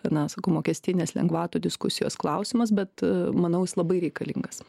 na sakau mokestinės lengvato diskusijos klausimas bet manau jis labai reikalingas